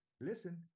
listen